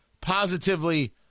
positively